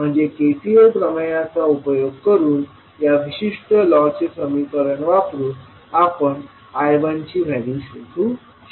म्हणजे KCL प्रमेयचा उपयोग करून या विशिष्ट लॉ चे समीकरण वापरूनआपण I1ची व्हॅल्यू शोधू शकतो